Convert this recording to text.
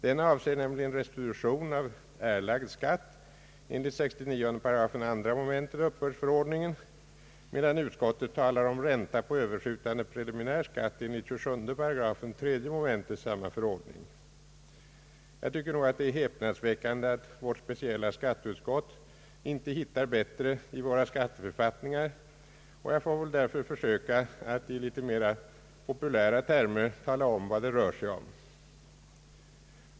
Den avser nämligen restitution av erlagd skatt enligt 69 § 2 mom. uppbördsförordningen, medan utskottet talar om ränta på överskjutande preliminär skatt enligt 27 § 3 mom. samma förordning. Jag tycker det är häpnadsväckande att vårt speciella skatteutskott inte hittar bättre i våra skatteförfattningar, och jag får väl därför försöka att i litet mer populära termer berätta vad det rör sig om.